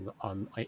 on